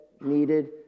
needed